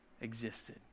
existed